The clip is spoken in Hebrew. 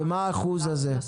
מה האחוז הזה?